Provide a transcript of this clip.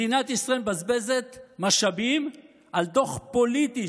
מדינת ישראל מבזבזת משאבים על דוח פוליטי,